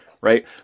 right